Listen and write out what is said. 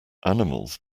animals